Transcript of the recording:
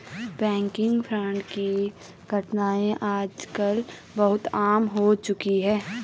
banking fraud की घटनाएं आज कल बहुत आम हो चुकी है